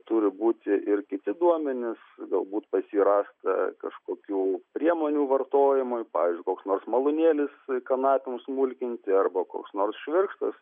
turi būti ir kiti duomenys galbūt pas jį rasta kažkokių priemonių vartojimui pavyzdžiui koks nors malūnėlis kanapėms smulkinti arba koks nors švirkštas